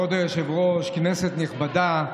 כבוד היושב-ראש, כנסת נכבדה,